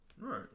Right